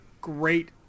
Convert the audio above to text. great